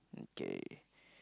okay